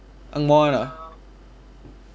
angmoh one ah